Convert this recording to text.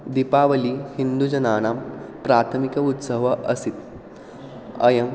दीपावलिः हिन्दुजनानां प्राथमिकोत्सवः अस्ति अयं